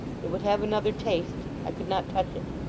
it would have another taste i could not touch it.